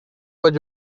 what